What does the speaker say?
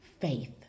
faith